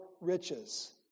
riches